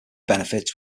benefits